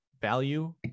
value